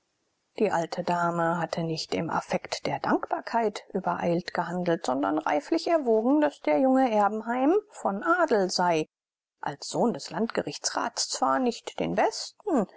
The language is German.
die alte dame hatte nicht im affekt der dankbarkeit übereilt gehandelt sondern reiflich erwogen daß der junge erbenheim von adel sei als sohn des landgerichtsrats zwar nicht den besten